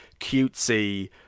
cutesy